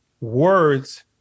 words